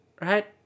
Right